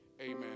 Amen